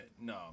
no